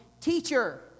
Teacher